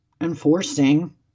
enforcing